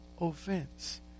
offense